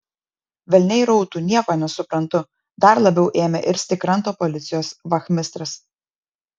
velniai rautų nieko nesuprantu dar labiau ėmė irzti kranto policijos vachmistras